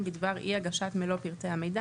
בדבר אי הגשת מלוא פרטי המידע,